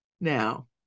Now